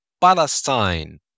Palestine